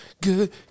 good